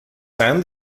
san